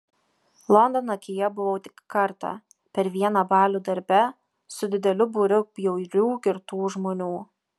londono akyje buvau tik kartą per vieną balių darbe su dideliu būriu bjaurių girtų žmonių